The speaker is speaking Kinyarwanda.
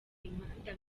imihanda